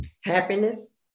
happiness